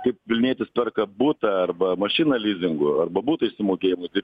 kaip vilnietis perka butą arba mašiną lizingu arba butą sumokėjimui taip